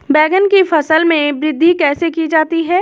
बैंगन की फसल में वृद्धि कैसे की जाती है?